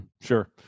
Sure